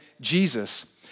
Jesus